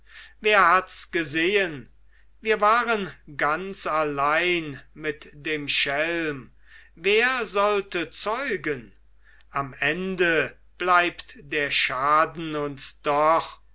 wer hats gesehen wir waren ganz allein mit dem schelm wer sollte zeugen am ende bleibt der schaden uns doch